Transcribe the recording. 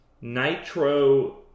Nitro